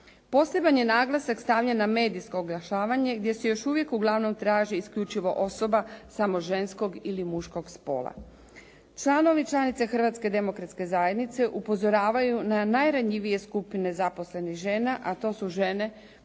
Poseban je naglasak stavljen na medijsko oglašavanje gdje se još uvijek uglavnom traži isključivo osoba samo ženskog ili muškog spola. Članovi i članice Hrvatske demokratske zajednice upozoravaju na najranjivije skupine zaposlenih žena, a to su žene koje